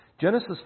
Genesis